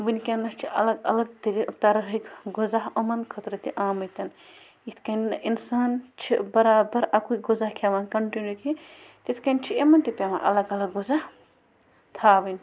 وٕنکٮ۪نَس چھِ اَلگ اَلگ طرہٕکۍ غزا یِمَن خٲطرٕ تہِ آمٕتٮ۪ن یِتھ کٔنٮ۪ن اِنسان چھِ بَرابَر اَکُے غزا کھٮ۪وان کَنٹِنیوٗ کیٚنٛہہ تِتھ کٔنۍ چھِ یِمَن تہِ پٮ۪وان اَلگ اَلگ غزا تھاوٕنۍ